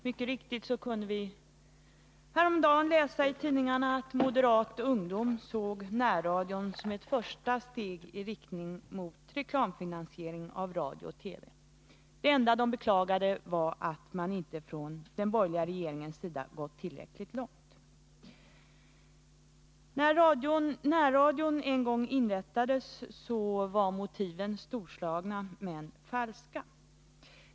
Mycket riktigt kunde vi häromdagen läsa i tidningarna att moderat ungdom såg närradion som ett första steg i riktning mot reklamfinansiering av radio och TV. Det enda de beklagade var att den borgerliga regeringen inte hade gått tillräckligt långt. Motiven för inrättandet av närradion var storslagna men falska.